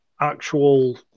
actual